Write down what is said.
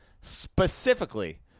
specifically